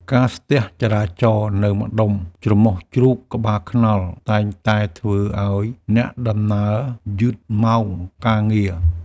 ការស្ទះចរាចរណ៍នៅម្ដុំច្រមុះជ្រូកក្បាលថ្នល់តែងតែធ្វើឱ្យអ្នកធ្វើដំណើរយឺតម៉ោងការងារ។